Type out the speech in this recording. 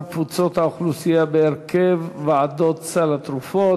קבוצות האוכלוסייה בהרכב ועדת סל התרופות.